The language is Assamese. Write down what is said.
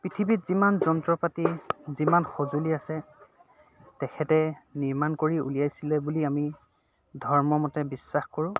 পৃথিৱীত যিমান যন্ত্ৰ পাতি যিমান সঁজুলি আছে তেখেতে নিৰ্মাণ কৰি উলিয়াইছিলে বুলি আমি ধৰ্ম মতে বিশ্বাস কৰোঁ